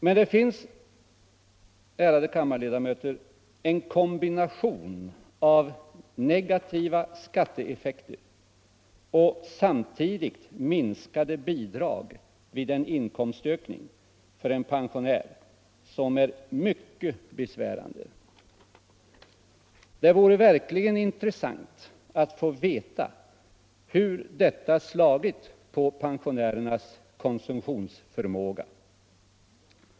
Men det finns, ärade kammarledamöter, en kombination av negativa skatteeffekter och samtidigt minskade bidrag vid en inkomstökning för en pensionär som är mycket besvärande. Det vore verkligen intressant att få veta hur detta slagit på pensionärernas konsumtionsförmåga.